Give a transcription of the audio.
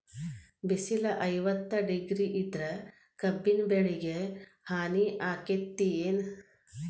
ಬಿಸಿಲ ಐವತ್ತ ಡಿಗ್ರಿ ಇದ್ರ ಕಬ್ಬಿನ ಬೆಳಿಗೆ ಹಾನಿ ಆಕೆತ್ತಿ ಏನ್?